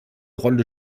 rolle